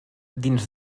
dins